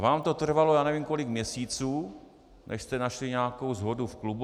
Vám to trvalo nevím kolik měsíců, než jste našli nějakou shodu v klubu.